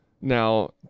Now